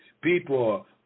People